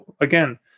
again